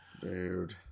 Dude